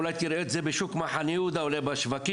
אולי תראה את זה בשוק מחנה יהודה או בשווקים,